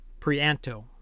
Prianto